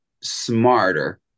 smarter